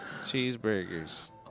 cheeseburgers